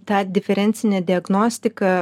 tą diferencinę diagnostiką